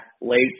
late